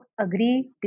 agree